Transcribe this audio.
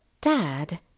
Dad